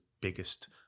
biggest